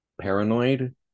paranoid